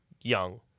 young